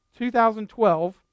2012